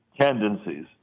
tendencies